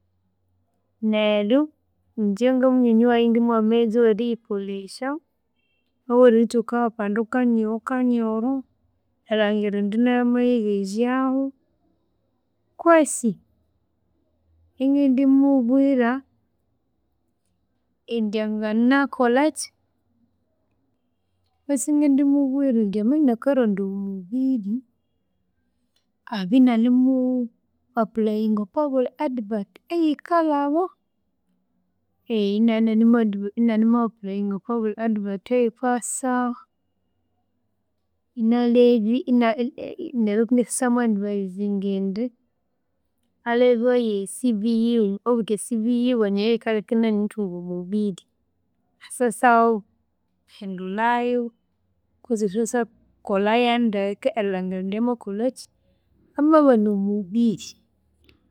Neryo, ingye ngamunywani wayi, ingimuha wayezi oweriyikolhesya oweritsuka akandu kanyoho kanyoho, erilhangira indi, nayo amayibezyahu kwesi ingindi mubwira, indi anganakolhaki, kwesi ingindi mubwira indi amabya inakaronda omubiri abyananimu applying okobulhi advert eyikalhaba, kobulhi advert eyikasa inalhebya, neryo ingathasya mu- advisinga indi alhebaye CV yiwe, obundi CV yiwe niyoyikalheka inaghana erithunga omubiri se- sawu hindulhayo, kozi si- sa kolha yandeke erilhangira indi amakolhakyi amabana omubiri